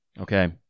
okay